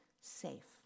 safe